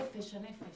הנפש.